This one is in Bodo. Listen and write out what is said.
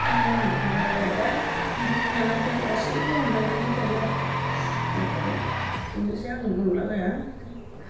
बेनो आंनि बुंनो लागाया दा बिब' बिनानाव जों गासैबो अनलायनानै थायो आरो न'खराव बेनोसै आंनि बुंनो लागाया